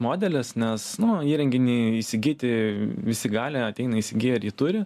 modelis nes nu įrenginį įsigyti visi gali ateina įsigyja ir jį turi